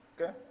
Okay